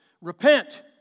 Repent